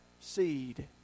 seed